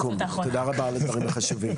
תודה רבה על הדברים החשובים.